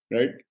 Right